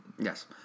Yes